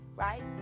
Right